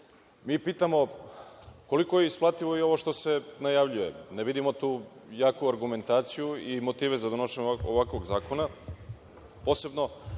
pitamo koliko je isplativo i ovo što se najavljuje? Ne vidimo tu jaku argumentaciju i motive za donošenje ovakvog zakona,